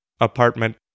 apartment